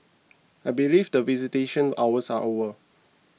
I believe the visitation hours are over